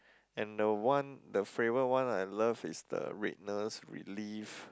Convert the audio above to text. and the one the favorite one I love is the redness relief